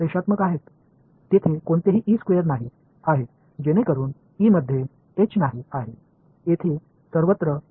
எனவே இந்த 4 சமன்பாடுகளையும் நீங்கள் பார்க்க முடிந்தால் அவை லீனியர் E சதுரம் இல்லை H க்குள் E இல்லை ஒரு லீனியர் வடிவத்தில் உள்ளது